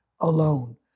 alone